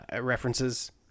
references